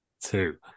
two